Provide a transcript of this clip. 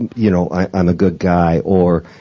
you know i'm a good guy, or,